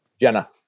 Jenna